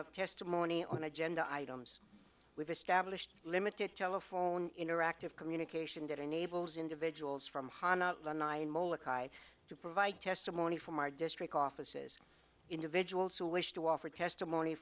of testimony on agenda items we've established limited telephone interactive communication that enables individuals from ha to provide testimony from our district offices individuals who wish to offer testimony